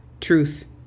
Truth